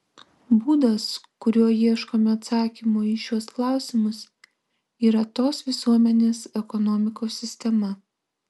būdas kuriuo ieškoma atsakymo į šiuos klausimus yra tos visuomenės ekonomikos sistema